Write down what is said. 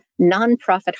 nonprofit